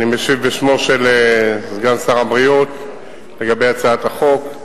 אני משיב בשם סגן שר הבריאות על הצעת החוק.